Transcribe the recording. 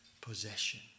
possession